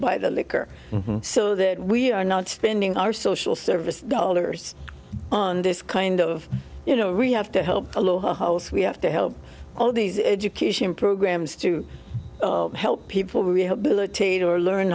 buy the liquor so that we are not spending our social service dollars on this kind of you know we have to help us we have to help all these education programs to help people rehabilitate or learn